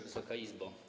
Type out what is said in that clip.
Wysoka Izbo!